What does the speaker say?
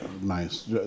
nice